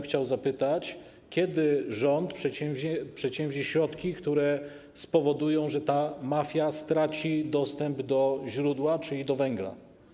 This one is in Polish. Chciałbym zapytać, kiedy rząd przedsięweźmie środki, które spowodują, że ta mafia straci dostęp do źródła, czyli do węgla.